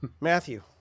Matthew